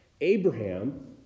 Abraham